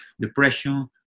depression